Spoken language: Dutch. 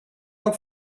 ook